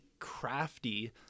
crafty